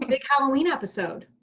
big halloween episode.